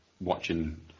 watching